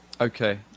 okay